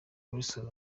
wilson